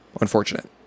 unfortunate